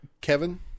Kevin